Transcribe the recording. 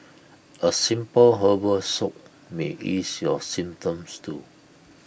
A simple herbal soak may ease your symptoms too